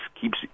keeps